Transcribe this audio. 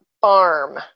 Farm